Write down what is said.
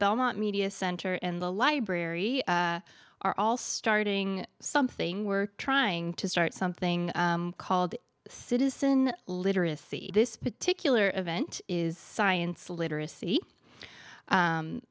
belmont media center and the library are all starting something we're trying to start something called citizen literacy this particular event is science literacy